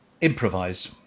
Improvise